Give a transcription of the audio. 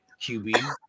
QB